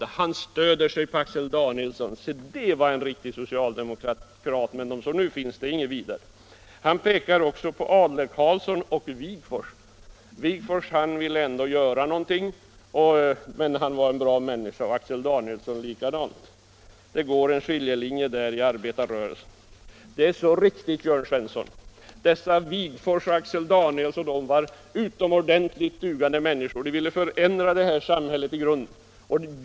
Jörn Svensson stöder sig på Axel Danielsson och säger att det var en riktig socialdemokrat men de som nu finns är inget vidare. Jörn Svensson pekar också på Adler-Karlsson och Wigforss. Wigforss var liksom Axel Danielsson en bra människa; han ville ändå göra någonting. Där går en skiljelinje genom arbetarrörelsen. Det är så riktigt, Jörn Svensson. Ernst Wigforss och Axel Danielsson var utomordentligt dugliga människor. De ville förändra detta samhälle i grunden.